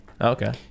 Okay